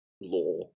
law